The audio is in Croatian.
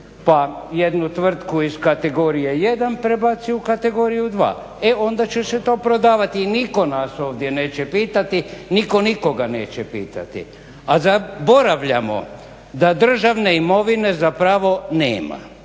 Pa jednu tvrtku iz kategorije 1. prebaci u kategoriju 2. E onda će se to prodavati i nitko nas ovdje neće pitati, nitko nikoga neće pitati. A zaboravljamo da državne imovine zapravo nema,